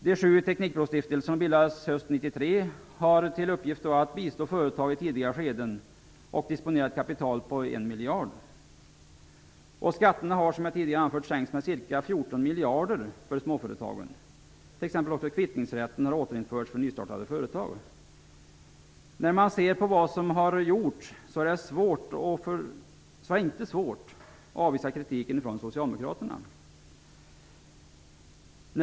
De sju teknikbrostiftelser som bildades 1993 har till uppgift att bistå företag i tidiga skeden och disponerar ett kapital på 1 miljard. Skatterna har, som jag tidigare anfört, sänkts med ca 14 miljarder för småföretagen. Kvittningsrätten har t.ex. återinförts för nystartade företag. När man ser på vad som har gjorts är det inte svårt att avvisa kritiken från Socialdemokraterna.